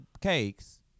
cakes